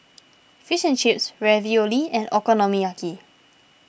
Fish and Chips Ravioli and Okonomiyaki